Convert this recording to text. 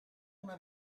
una